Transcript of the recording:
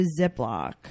Ziploc